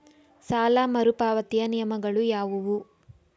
ಸಾಲ ಮರುಪಾವತಿಯ ನಿಯಮಗಳು ಯಾವುವು?